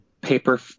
paper